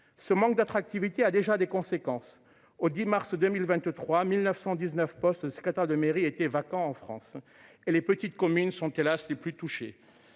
Ce manque d'attractivité, a déjà des conséquences au 10 mars 2023, 1919 postes secrétaire de mairie était vacants en France et les petites communes sont hélas les plus touchés.